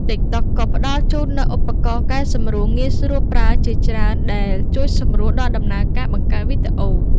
TikTok ក៏ផ្តល់ជូននូវ ឧបករណ៍កែសម្រួលងាយស្រួលប្រើ ជាច្រើនដែលជួយសម្រួលដល់ដំណើរការបង្កើតវីដេអូ។